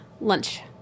lunch